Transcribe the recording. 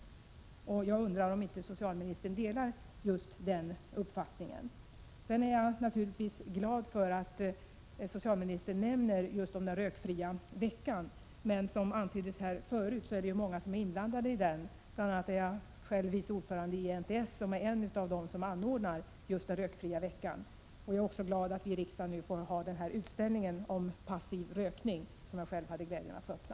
Jag undrar om inte socialministern delar just den uppfattningen. Jag är naturligtvis glad över att socialministern nämner den rökfria veckan. Som antyddes här tidigare, är det många som är inblandade i den. Jag är själv vice ordförande i Nationalföreningen för upplysning om Tobakens Skadeverkningar, NTS, som är en av de arrangörer som anordnar den rökfria veckan. Jag är också glad över att riksdagen får visa utställningen om passiv rökning, som jag hade nöjet att öppna.